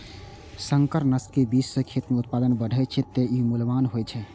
संकर नस्ल के बीज सं खेत मे उत्पादन बढ़ै छै, तें ई मूल्यवान होइ छै